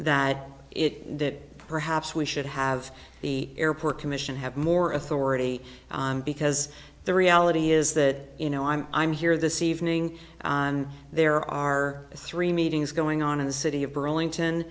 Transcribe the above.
that it that perhaps we should have the airport commission have more authority because the reality is that you know i'm i'm here this evening and there are three meetings going on in the city of burlington